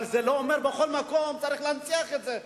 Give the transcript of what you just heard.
אבל זה לא אומר שבכל מקום צריך להנציח את זה,